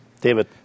David